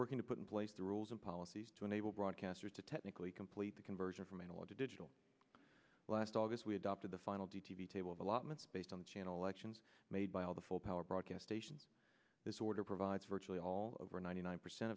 working to put in place the rules and policies to enable broadcasters to technically complete the conversion from analog to digital last august we adopted the final d t v table of allotments based on the channel actions made by all the full power broadcast stations this order provides virtually all over ninety nine percent